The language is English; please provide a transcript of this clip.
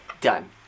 Done